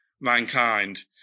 mankind